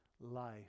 life